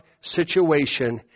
situation